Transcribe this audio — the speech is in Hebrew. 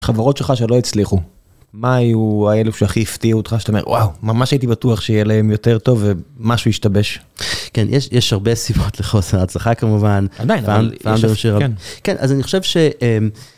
חברות שלך שלא הצליחו מה היו האלו שהכי הפתיעו אותך שאתה אומר וואו, ממש הייתי בטוח שיהיה להם יותר טוב ומשהו השתבש. כן יש יש הרבה סיבות לחוסר הצלחה כמובן כן כן אז אני חושב שהם.